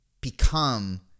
become